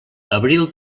abril